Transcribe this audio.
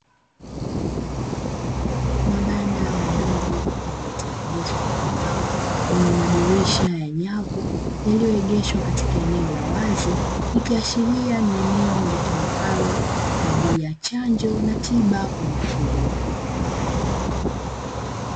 Mabanda madogo yaliyotengenezwa kwa mbao lenye madirisha ya nyavu yaliyoegeshwa katika eneo la wazi, ikiashiria ni eneo litumikalo kwa ajili ya chanjo na tiba kwa mifugo.